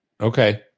Okay